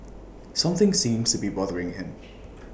something seems to be bothering him